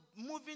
moving